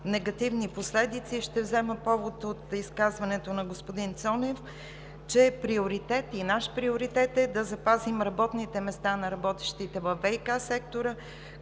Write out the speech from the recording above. негативни последици. Ще взема повод от изказването на господин Цонев, че наш приоритет е да запазим работните места на работещите във ВиК сектора,